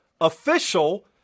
official